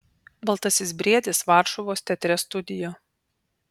baltasis briedis varšuvos teatre studio